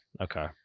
Okay